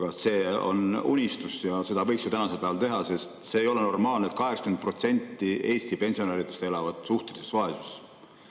Aga see on unistus, kuigi seda võiks tänasel päeval teha, sest see ei ole normaalne, et 80% Eesti pensionäridest elab suhtelises vaesuses.